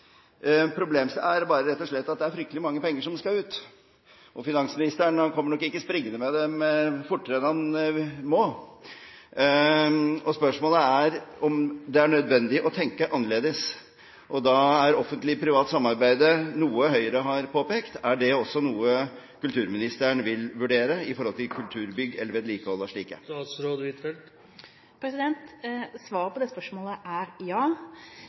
er fryktelige mange penger som skal ut, og finansministeren kommer nok ikke springende med dem fortere enn han må. Spørsmålet er om det er nødvendig å tenke annerledes, og da er offentlig-privat samarbeid noe Høyre har påpekt. Er det også noe kulturministeren vil vurdere når det gjelder kulturbygg eller vedlikehold av slike? Svaret på det spørsmålet er ja.